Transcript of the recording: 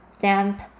damp